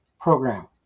Program